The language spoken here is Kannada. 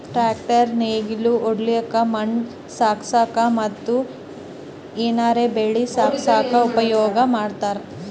ಟ್ರ್ಯಾಕ್ಟರ್ ನೇಗಿಲ್ ಹೊಡ್ಲಿಕ್ಕ್ ಮಣ್ಣ್ ಸಾಗಸಕ್ಕ ಮತ್ತ್ ಏನರೆ ಬೆಳಿ ಸಾಗಸಕ್ಕ್ ಉಪಯೋಗ್ ಮಾಡ್ತಾರ್